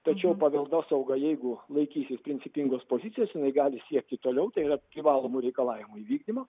tačiau paveldosauga jeigu laikysis principingos pozicijos gali siekti toliau tai yra privalomų reikalavimų įvykdymo